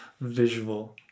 visual